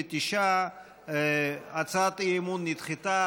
39. הצעת האי-אמון נדחתה.